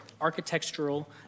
architectural